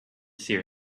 seer